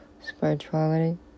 Spirituality